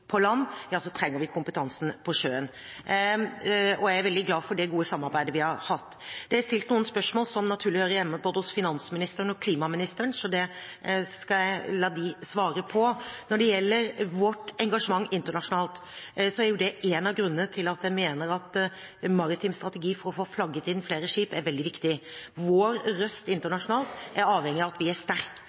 på land, trenger vi kompetansen på sjøen. Jeg er veldig glad for det gode samarbeidet vi har hatt. Det er stilt noen spørsmål som naturlig hører hjemme hos både finansministeren og klimaministeren, så det skal jeg la dem svare på. Når det gjelder vårt engasjement internasjonalt, er det en av grunnene til at jeg mener at maritim strategi for å få flagget inn flere skip er veldig viktig. Vår røst internasjonalt er avhengig av at vi er sterke,